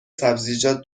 سبزیجات